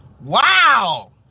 wow